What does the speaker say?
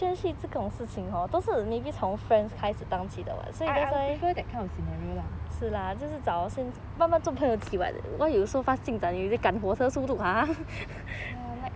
I I would prefer that kind of scenario lah like